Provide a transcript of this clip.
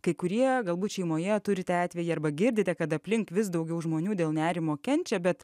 kai kurie galbūt šeimoje turite atvejį arba girdite kad aplink vis daugiau žmonių dėl nerimo kenčia bet